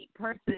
person